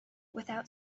without